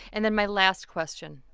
and then my last question.